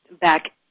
back